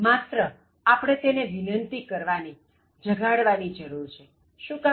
માત્ર આપણે તેને વિનંતિ કરવાની જગાડવાની જરુર છે શું કામ